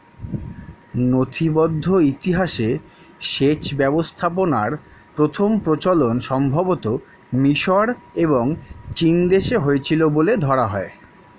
নথিবদ্ধ ইতিহাসে সেচ ব্যবস্থাপনার প্রথম প্রচলন সম্ভবতঃ মিশর এবং চীনদেশে হয়েছিল বলে ধরা হয়